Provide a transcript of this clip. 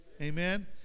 Amen